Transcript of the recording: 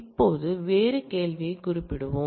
இப்போது வேறு கேள்வியைக் குறிப்பிடுவோம்